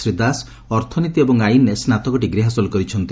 ଶ୍ରୀ ଦାସ ଅର୍ଥନୀତି ଏବଂ ଆଇନରେ ସ୍ୱାତ୍ତକ ଡିଗ୍ରୀ ହାସଲ କରିଛନ୍ତି